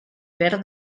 per